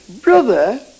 brother